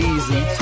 Easy